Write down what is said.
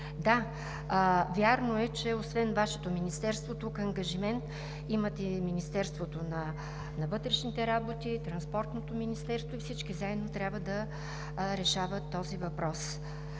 Да, вярно е, че освен Вашето министерство тук ангажимент имат и Министерството на вътрешните работи, Транспортното министерство и всички заедно трябва да решават този въпрос.